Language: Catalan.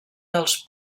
dels